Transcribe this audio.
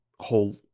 Whole